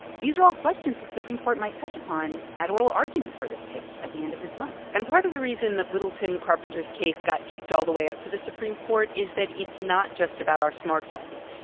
these are all questions the supreme court might touch upon at oral argument for this case at the end of this month and part of the reason that little tim carpenter's case got kicked all the way up to the supreme court is that it's not just about our smartphones.